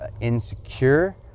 insecure